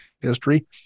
history